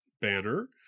banner